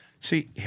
See